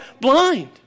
blind